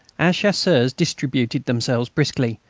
our chasseurs distributed themselves briskly,